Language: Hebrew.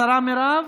השרה מירב,